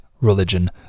religion